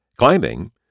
Climbing